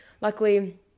luckily